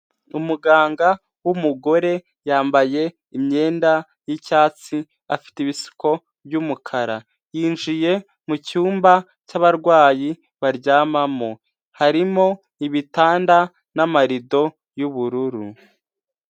Umuganga w'umugore yambaye imyenda y'icyatsi, afite ibisiko by'umukara. Yinjiye mu cyumba cy'abarwayi baryamamo. Harimo ibitanda n'amarido y'ubururu.